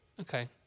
Okay